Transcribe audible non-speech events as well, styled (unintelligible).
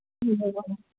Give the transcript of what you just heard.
(unintelligible)